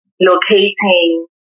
locating